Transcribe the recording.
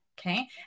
Okay